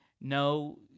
no